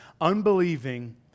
unbelieving